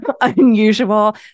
unusual